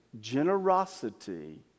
generosity